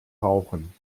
rauchen